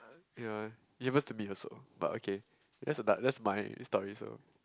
ya it happens to me also but okay that's ano~ that's my story also